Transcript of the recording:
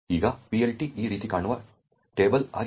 ಈಗ PLT ಈ ರೀತಿ ಕಾಣುವ ಟೇಬಲ್ ಆಗಿದೆ